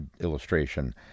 illustration